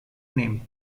name